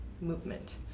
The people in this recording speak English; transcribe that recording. movement